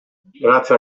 grazie